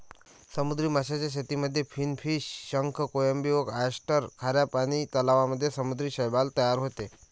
समुद्री माशांच्या शेतीमध्ये फिनफिश, शंख, कोळंबी व ऑयस्टर, खाऱ्या पानी तलावांमध्ये समुद्री शैवाल तयार होते